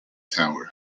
tower